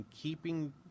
keeping